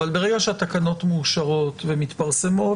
אבל ברגע שהתקנות מאושרות ומתפרסות,